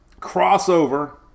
crossover